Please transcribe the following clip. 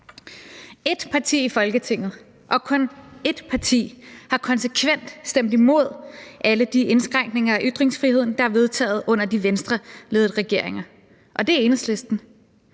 Ét parti i Folketinget – og kun ét parti – har konsekvent stemt imod alle de indskrænkninger af ytringsfriheden, der er vedtaget under de Venstreledede regeringer, og det er Enhedslisten.